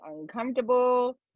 uncomfortable